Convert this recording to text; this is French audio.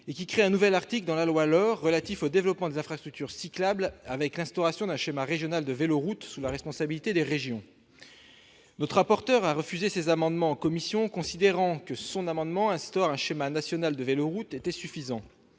à créer un nouvel article relatif au développement des infrastructures cyclables, avec l'instauration d'un schéma régional des véloroutes, sous la responsabilité des régions. Notre rapporteur a refusé ces amendements en commission, considérant que son amendement instaurant un schéma national des véloroutes était suffisant.